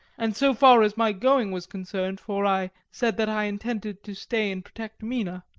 and so far as my going was concerned, for i said that i intended to stay and protect mina,